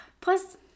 Plus